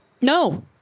No